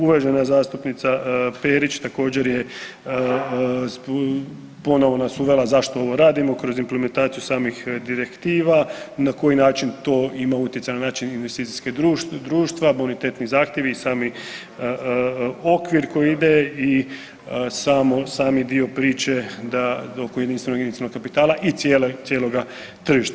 Uvažena zastupnica Perić također je ponovo nas uvela zašto ovo radimo kroz implementaciju samih direktiva, na koji način to ima utjecaja na … [[Govornik se ne razumije]] investicijskih društva, bonitetni zahtjevi i sami okvir koji ide i samo, sami dio priče da, oko jedinstvenog inicijalnog kapitala i cijele, cijeloga tržišta.